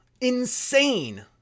Insane